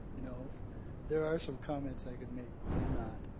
you know there are some comments i could make, but i'm not.